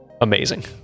amazing